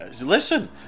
listen